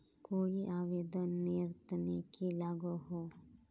कोई आवेदन नेर तने की लागोहो?